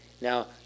Now